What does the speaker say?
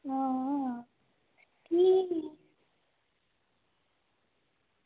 हां हां ठीक